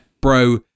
bro